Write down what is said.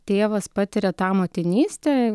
tėvas patiria tą motinystę